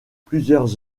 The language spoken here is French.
plusieurs